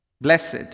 Blessed